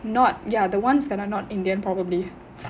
not ya the ones that are not indian probably